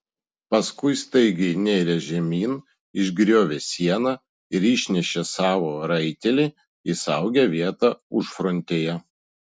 paskui staigiai nėrė žemyn išgriovė sieną ir išnešė savo raitelį į saugią vietą užfrontėje